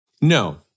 No